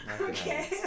Okay